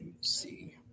see